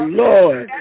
lord